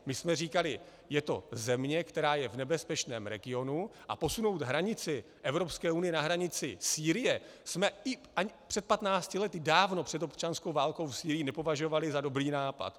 My jsme říkali je to země, která je v nebezpečném regionu, a posunout hranici Evropské unie na hranici Sýrie jsme i před patnácti lety, dávno před občanskou válkou v Sýrii, nepovažovali za dobrý nápad.